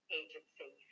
agency